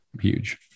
huge